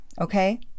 okay